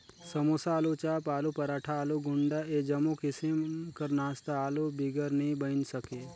समोसा, आलूचाप, आलू पराठा, आलू गुंडा ए जम्मो किसिम कर नास्ता आलू बिगर नी बइन सके